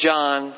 John